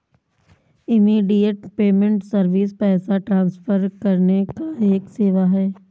immediate payment service पैसा transfer करने का एक सेवा है